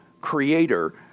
creator